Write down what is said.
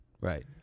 right